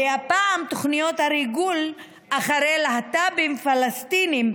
הרי הפעם תוכנות הריגול אחרי להט"בים פלסטינים,